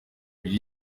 ibiri